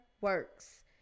works